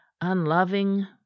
unloving